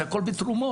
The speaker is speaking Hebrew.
זה הכול בתרומות,